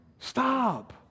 Stop